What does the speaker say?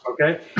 Okay